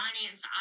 finance